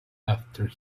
after